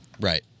Right